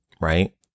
right